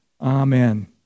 Amen